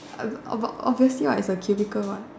I of obviously right it was a cubicle what